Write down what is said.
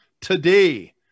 Today